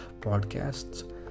podcasts